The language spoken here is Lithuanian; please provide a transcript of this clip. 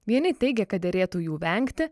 vieni teigia kad derėtų jų vengti